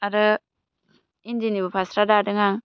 आरो इन्दिनिबो फास्रा दादों आं